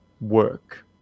work